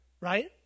Right